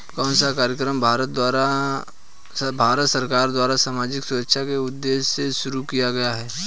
कौन सा कार्यक्रम भारत सरकार द्वारा सामाजिक सुरक्षा के उद्देश्य से शुरू किया गया है?